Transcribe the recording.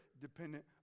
dependent